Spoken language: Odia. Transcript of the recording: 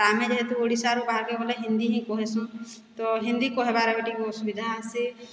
ଆମେ ଯେହେତୁ ଓଡ଼ିଶାରୁ ବାହାର୍କେ ଗଲେ ହିନ୍ଦୀ ହିଁ କହେସୁଁ ତ ହିନ୍ଦୀ କହେବାରେ ଟିକେ ଅସୁବିଧା ହେସି